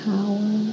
Power